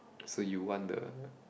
so you want the